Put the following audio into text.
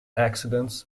accidents